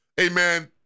amen